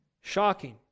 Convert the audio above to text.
Shocking